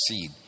seed